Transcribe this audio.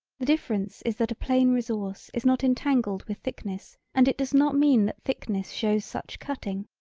the difference is that a plain resource is not entangled with thickness and it does not mean that thickness shows such cutting,